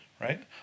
right